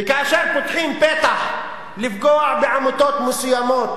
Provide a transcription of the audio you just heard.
וכאשר פותחים פתח לפגוע בעמותות מסוימות